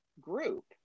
group